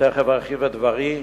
ותיכף ארחיב את דברי,